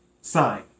sign